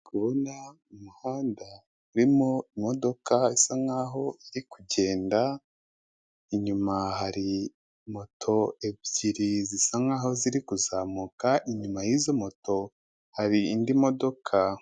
Kubona umuhanda urimo imodoka isa nkaho iri kugenda, inyuma hari moto ebyiri zisa nkaho ziri kuzamuka inyuma yizo moto hari indi modoka.